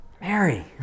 Mary